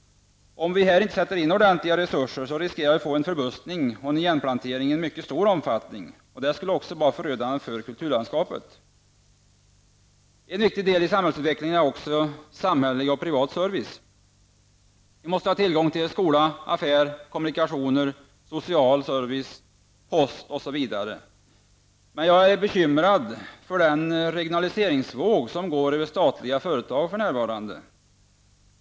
Om vi här inte sätter in ordentliga resurser riskerar vi att få en förbuskning och igenplantering i en mycket stor omfattning. Detta skulle vara förödande för kulturlandskapet. En viktig del i samhällsutvecklingen är också både samhällelig och privat service. Det måste finnas tillgång till skola, affär, kommunikationer, social service, post osv. Jag är bekymrad för den regionaliseringsvåg som går över statliga företag för närvarande.